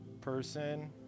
person